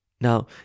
Now